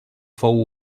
fou